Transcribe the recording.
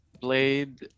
blade